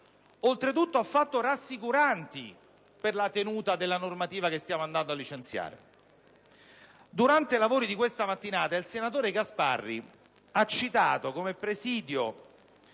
oltretutto affatto rassicuranti per la tenuta della normativa che stiamo per licenziare. Durante i lavori di questa mattina, il senatore Gasparri ha citato, come presidio